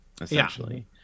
essentially